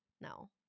No